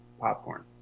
popcorn